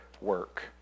work